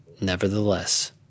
nevertheless